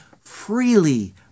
freely